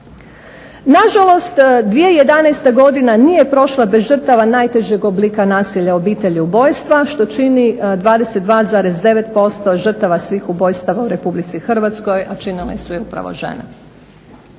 Na žalost 2011. godina nije prošla bez žrtava najtežeg oblika nasilja u obitelji ubojstva što čini 22,9% žrtava svih ubojstava u Republici Hrvatskoj a činile su je upravo žene.